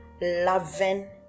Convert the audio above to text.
loving